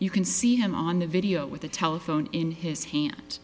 you can see him on the video with a telephone in his hand